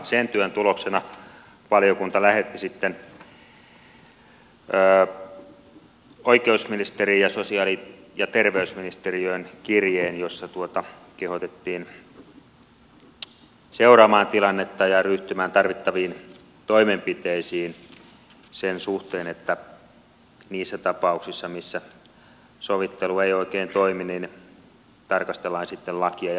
sen työn tuloksena valiokunta lähetti sitten oikeusministeriöön ja sosiaali ja terveysministeriöön kirjeen jossa kehotettiin seuraamaan tilannetta ja ryhtymään tarvittaviin toimenpiteisiin sen suhteen että niissä tapauksissa missä sovittelu ei oikein toimi tarkastellaan lakia